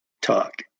talk